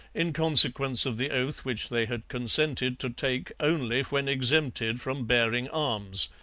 in consequence of the oath which they had consented to take only when exempted from bearing arms.